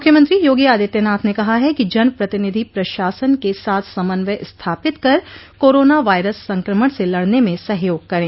मुख्यमंत्री योगी आदित्यनाथ ने कहा है कि जन प्रतिनिधि प्रशासन के साथ समन्वय स्थपित कर कोरोना वायरस संक्रमण से लड़ने में सहयोग करें